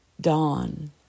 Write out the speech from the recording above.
dawn